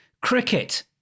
cricket